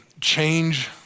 change